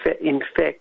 infect